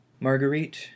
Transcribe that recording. Marguerite